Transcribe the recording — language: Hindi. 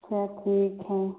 अच्छा ठीक है